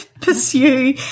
pursue